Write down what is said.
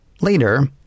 Later